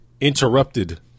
interrupted